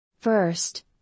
First